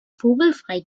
vogelfrei